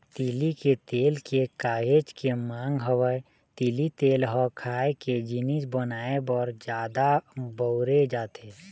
तिली के तेल के काहेच के मांग हवय, तिली तेल ह खाए के जिनिस बनाए बर जादा बउरे जाथे